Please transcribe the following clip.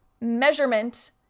measurement